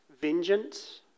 vengeance